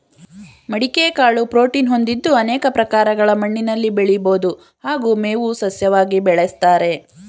ಮಡಿಕೆ ಕಾಳು ಪ್ರೋಟೀನ್ ಹೊಂದಿದ್ದು ಅನೇಕ ಪ್ರಕಾರಗಳ ಮಣ್ಣಿನಲ್ಲಿ ಬೆಳಿಬೋದು ಹಾಗೂ ಮೇವು ಸಸ್ಯವಾಗಿ ಬೆಳೆಸ್ತಾರೆ